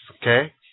okay